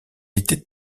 était